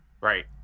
Right